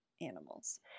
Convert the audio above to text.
animals